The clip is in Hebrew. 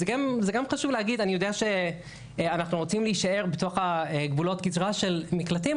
אני יודע שאנחנו רוצים להישאר בתוך גבולות הגזרה של מקלטים,